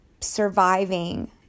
surviving